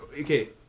Okay